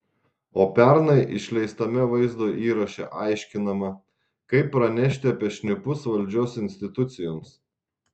o pernai išleistame vaizdo įraše aiškinama kaip pranešti apie šnipus valdžios institucijoms